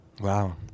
Wow